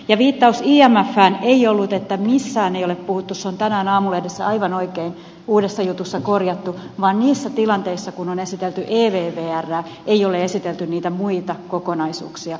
ja viittaus imfään ei ollut niin että missään ei ole puhuttu se on tänään aamulehdessä aivan oikein uudessa jutussa korjattu vaan että niissä tilanteissa kun on esitelty ervvtä ei ole esitelty niitä muita kokonaisuuksia